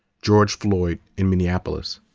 george floyd in minneapolis.